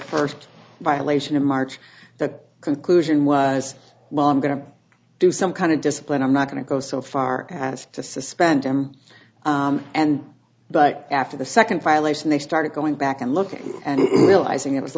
first violation of march the conclusion was long going to do some kind of discipline i'm not going to go so far as to suspend them and but after the second violation they started going back and looking and realizing it was a